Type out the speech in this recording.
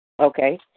Okay